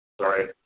Sorry